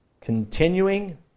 continuing